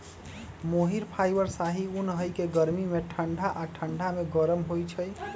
मोहिर fibre शाहि उन हइ के गर्मी में ठण्डा आऽ ठण्डा में गरम होइ छइ